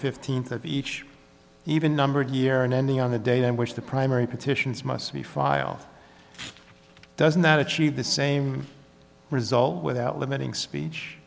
fifteenth of each even numbered year and ending on the day in which the primary petitions must be file does not achieve the same result without limiting speech